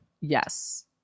yes